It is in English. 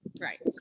Right